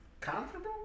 comfortable